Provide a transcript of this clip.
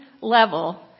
level